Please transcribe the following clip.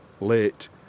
late